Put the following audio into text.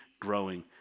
growing